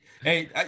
hey